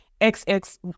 XX